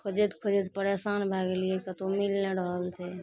खोजैत खोजैत परेशान भए गेलियै कतहु मिल नहि रहल छै